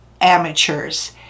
amateurs